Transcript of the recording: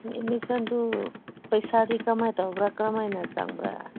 ꯑꯦꯗꯃꯤꯁꯟꯗꯨ ꯄꯩꯁꯥꯗꯤ ꯀꯔꯃꯥꯏ ꯇꯧꯕ꯭ꯔꯥ ꯀꯔꯃꯥꯏꯅ ꯆꯪꯕ꯭ꯔꯥ